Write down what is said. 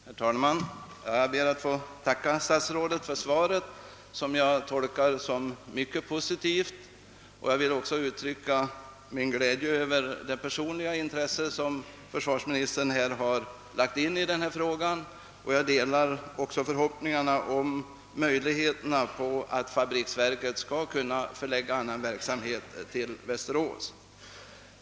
Herr talman! Jag ber att få tacka statsrådet för svaret, som jag tolkar som mycket positivt. Jag vill även uttrycka min glädje över det personliga intresse som försvarsministern ägnat frågan. Också jag hoppas att det skall bli möjligt för fabriksverket att förlägga annan verksamhet till Västerås.